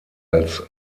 als